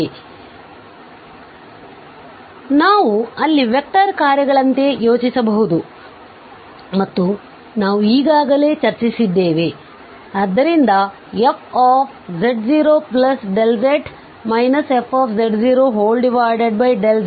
ಆದ್ದರಿಂದ ನಾವು ಅಲ್ಲಿ ವೆಕ್ಟರ್ ಕಾರ್ಯಗಳಂತೆ ಯೋಚಿಸಬಹುದು ಮತ್ತು ನಾವು ಈಗಾಗಲೇ ಚರ್ಚಿಸಿದ್ದೇವೆ ಆದ್ದರಿಂದ fz0z fz0z